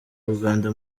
uganda